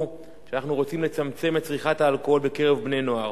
שאנחנו רוצים לצמצם את צריכת האלכוהול בקרב בני-נוער.